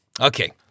Okay